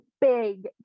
big